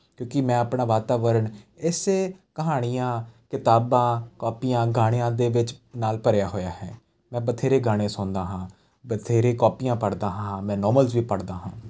ਕਿਉਂਕਿ ਮੈਂ ਆਪਣਾ ਵਾਤਾਵਰਨ ਇਸ ਕਹਾਣੀਆਂ ਕਿਤਾਬਾਂ ਕੋਪੀਆਂ ਗਾਣਿਆਂ ਦੇ ਵਿੱਚ ਨਾਲ ਭਰਿਆ ਹੋਇਆ ਹੈ ਮੈਂ ਬਥੇਰੇ ਗਾਣੇ ਸੁਣਦਾ ਹਾਂ ਬਥੇਰੇ ਕੋਪੀਆਂ ਪੜ੍ਹਦਾ ਹਾਂ ਮੈਂ ਨੋਵਲਸ ਵੀ ਪੜ੍ਹਦਾ ਹਾਂ